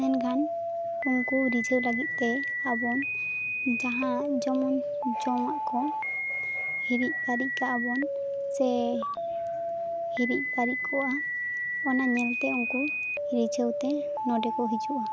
ᱢᱮᱱᱠᱷᱟᱱ ᱩᱱᱠᱩ ᱨᱤᱡᱷᱟᱹᱣ ᱞᱟᱹᱜᱤᱫ ᱛᱮ ᱟᱵᱚ ᱡᱟᱦᱟᱸ ᱡᱚᱢ ᱡᱚᱢᱟᱜ ᱠᱚ ᱦᱤᱨᱤᱡ ᱠᱟᱜ ᱟ ᱵᱚᱱ ᱥᱮ ᱦᱤᱨᱤᱡ ᱯᱟᱹᱨᱤᱡ ᱠᱚᱜᱼᱟ ᱚᱱᱟ ᱧᱮᱞ ᱛᱮ ᱩᱱᱠᱩ ᱨᱤᱡᱷᱟᱹᱣ ᱛᱮ ᱚᱸᱰᱮ ᱠᱚ ᱦᱤᱡᱩᱜᱼᱟ